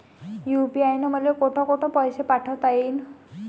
UPI न मले कोठ कोठ पैसे पाठवता येईन?